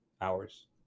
hours